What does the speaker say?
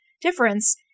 difference